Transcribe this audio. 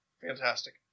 fantastic